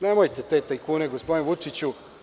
Nemojte te tajkune, gospodine Vučiću.